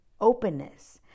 openness